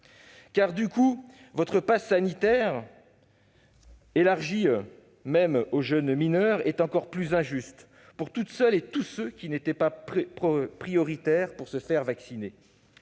le dire ! Votre passe sanitaire, désormais élargi aux mineurs, est encore plus injuste pour toutes celles et tous ceux qui n'étaient pas prioritaires pour se faire vacciner.